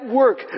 work